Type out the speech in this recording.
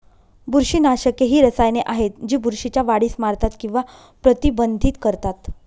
बुरशीनाशके ही रसायने आहेत जी बुरशीच्या वाढीस मारतात किंवा प्रतिबंधित करतात